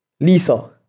Lisa